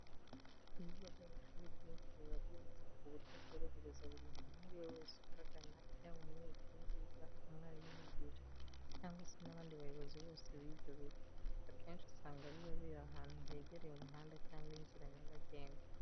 Ibigo by'amashuri byinshi biba byubatse ku buryo bworohereza buri muntu uwo ari we wese uhagana, yaba umunyeshuri uhiga, umwarimu uhigisha cyangwa se n'abandi bayobozi bose b'ibyo bigo. Akenshi usanga biba biri ahantu hegereye umuhanda cyangwa inzira nyabagengwa.